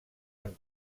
amb